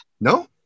No